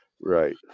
Right